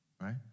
right